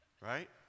Right